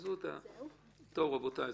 רבותיי,